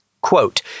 Quote